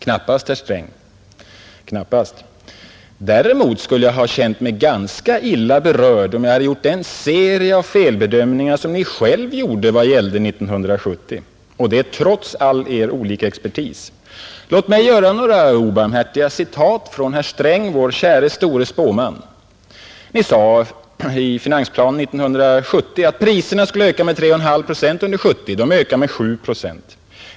Knappast, herr Sträng — 118 knappast. Däremot skulle jag ha känt mig ganska illa berörd om jag hade gjort den serie av felbedömningar som Ni själv gjorde vad gällde 1970, och det trots all Er olika expertis. Låt mig göra några obarmhärtiga citat från herr Sträng, vår käre store spåman. Ni sade i finansplanen 1970 att priserna skulle öka med 3,5 procent under 1970. De ökade med 7 procent.